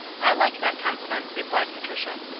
i like that compliment, replied patricia.